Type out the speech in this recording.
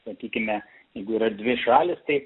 sakykime jeigu yra dvi šalys tai